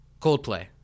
Coldplay